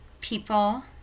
people